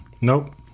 Nope